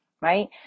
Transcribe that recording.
Right